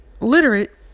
literate